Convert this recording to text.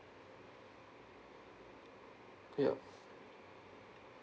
yup